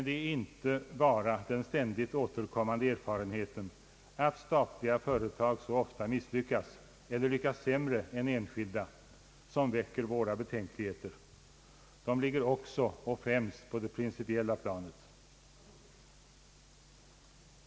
Det är inte bara den ständigt återkommande erfarenheten att statliga företag så ofta misslyckas eller lyckas sämre än enskilda som väcker våra betänkligheter. De ligger också, och främst, på det principiella planet.